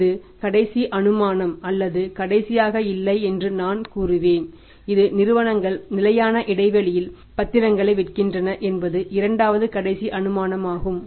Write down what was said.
இது கடைசி அனுமானம் அல்லது கடைசியாக இல்லை என்று நான் கூறுவேன் இது நிறுவனங்கள் நிலையான இடைவெளியில் பத்திரங்களை விற்கின்றன என்பது இரண்டாவது கடைசி அனுமானமாகும்